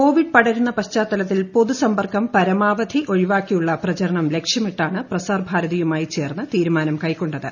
Covid പടരുന്ന പശ്ചാത്തലത്തിൽ പൊതുസമ്പർക്കം പരമാവധി ഒഴിവാക്കിയുള്ള പ്രചരണം ലക്ഷ്യമിട്ടാണ് പ്രസാർഭാരതിയുമായി ചേർന്ന് തീരുമാനം കൈകൊണ്ടത്